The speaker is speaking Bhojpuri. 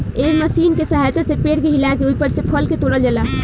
एह मशीन के सहायता से पेड़ के हिला के ओइपर से फल के तोड़ल जाला